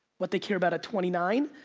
what they care about at twenty nine,